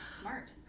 Smart